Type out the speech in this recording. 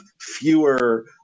fewer